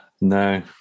no